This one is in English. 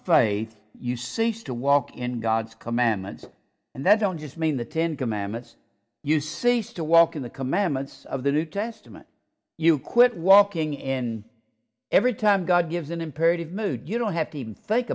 faith you cease to walk in god's commandments and then don't just mean the ten commandments you cease to walk in the commandments of the new testament you quit walking in every time god gives an imperative mood you don't